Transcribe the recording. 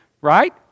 right